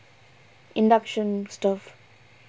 induction stove